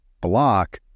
block